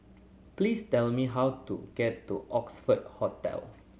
please tell me how to get to Oxford Hotel